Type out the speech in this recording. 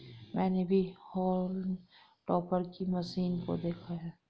मैंने भी haulm topper की मशीन को देखा है